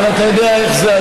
אבל אתה יודע איך זה,